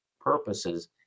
purposes